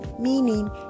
meaning